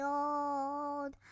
old